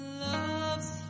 loves